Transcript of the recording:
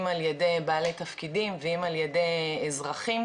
אם על-ידי בעלי תפקידים ואם על-ידי אזרחים,